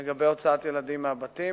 לגבי הוצאת ילדים מהבתים.